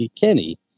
Kenny